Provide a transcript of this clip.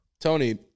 Tony